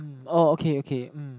um orh okay okay um